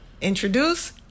introduce